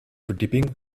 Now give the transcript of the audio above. verdieping